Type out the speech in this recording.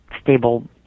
stable